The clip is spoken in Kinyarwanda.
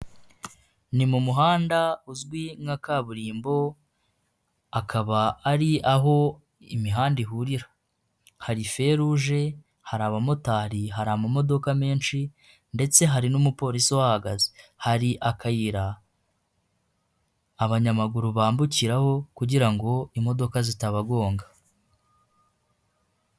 Ni mu muhanda uzwi nka kaburimbo, akaba ari aho imihanda ihurira, hari fe ruje, hari abamotari, hari amamodoka menshi ndetse hari n'umupolisi uhagaze, hari akayira abanyamaguru bambukiraho kugira ngo imodoka zitabagonga.